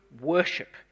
worship